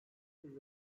bir